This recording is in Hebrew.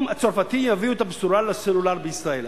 הצרפתי יביאו את הבשורה לסלולר בישראל?